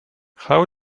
how